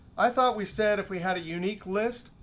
i thought we said if we had a unique list,